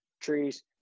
trees